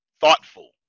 Thoughtful